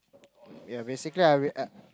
ya basically I will I